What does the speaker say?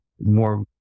more